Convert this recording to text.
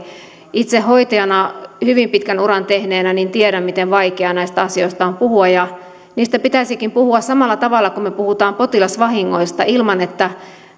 itse hoitajana hyvin pitkän uran tehneenä tiedän miten vaikeaa näistä asioista on puhua niistä pitäisikin puhua samalla tavalla kuin me puhumme potilasvahingoista ilman että